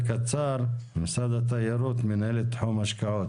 ממשרד התיירות, מנהלת תחום השקעות.